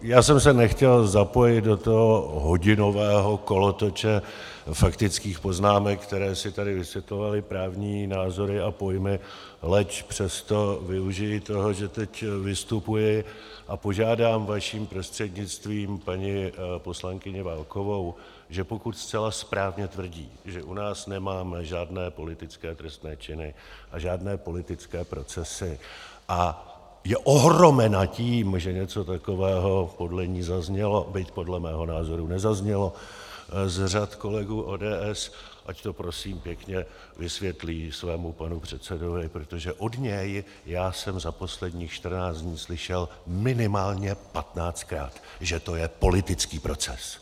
Já jsem se nechtěl zapojit do toho hodinového kolotoče faktických poznámek, které si tady vysvětlovaly právní názory a pojmy, leč přesto využiji toho, že teď vystupuji, a požádám vaším prostřednictvím paní poslankyni Válkovou, že pokud zcela správně tvrdí, že u nás nemáme žádné politické trestné činy a žádné politické procesy, a je ohromena tím, že něco takového podle ní zaznělo, byť podle mého názoru nezaznělo, z řad kolegů ODS, ať to prosím pěkně vysvětlí svému panu předsedovi, protože od něj já jsem za posledních čtrnáct dní slyšel minimálně patnáctkrát, že to je politický proces.